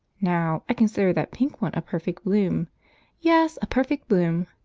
now, i consider that pink one a perfect bloom yes, a perfect bloom.